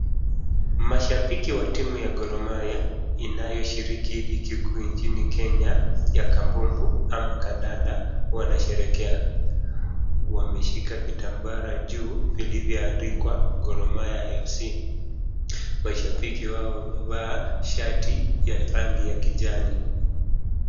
Mashabiki wa timu ya Gor Mahia, inayoshiriki ligi kuu nchini Kenya ya kambumbu ama kandanda wanasherehekea. Wameshika vitambara juu vilivyoandikwa Gor Mahia Fc. Mashabiki hao wamevaa shati ya rangi ya kijani.